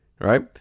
right